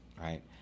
Right